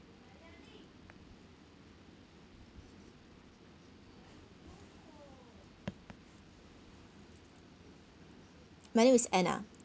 my name is anna